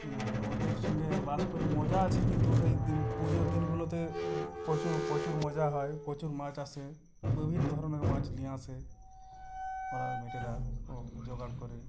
হ্যাঁ ওদের সঙ্গে বাস করে মজা আছে কিন্তু সেই দিন পুজোর দিনগুলোতে প্রচুর প্রচুর মজা হয় প্রচুর মাছ আসে বিভিন্ন ধরনের মাছ নিয়ে আসে ওরা মেটেরা ও জোগাড় করে